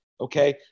okay